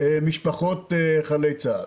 משפחות חללי צה"ל.